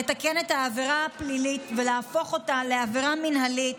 לתקן את העבירה הפלילית ולהפוך אותה לעבירה מינהלית